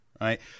right